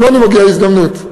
גם לנו מגיעה הזדמנות.